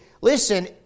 listen